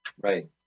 Right